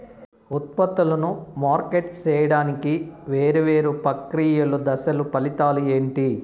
ఉత్పత్తులను మార్కెట్ సేయడానికి వేరువేరు ప్రక్రియలు దశలు ఫలితాలు ఏంటి?